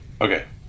Okay